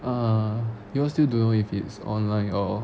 uh you all still don't know if it's online or